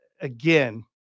Again